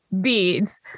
beads